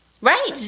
Right